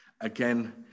Again